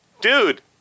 Dude